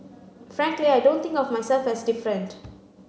frankly I don't think of myself as different